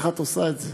איך את עושה את זה?